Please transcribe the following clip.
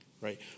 right